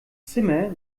zimmer